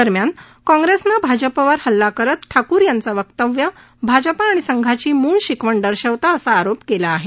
दरम्यान काँग्रेसनं भाजपवर हल्ला करत ठाकूर यांचं वक्तव्य भाजपा आणि संघाची मूळ शिकवण दर्शवतं असा आरोप केला आहे